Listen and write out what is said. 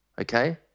Okay